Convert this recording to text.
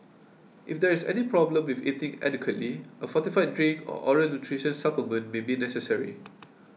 if there is any problem with eating adequately a fortified drink or oral nutrition supplement may be necessary